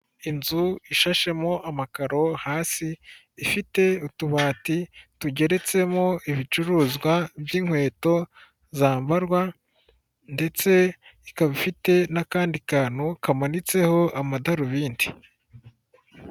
Inzu ishashemo amakaro hasi ifite utubati tugeretsemo ibicuruzwa by'inkweto zambarwa ndetse ikaba ifite n'akandi kantu kamanitseho amadarubindi.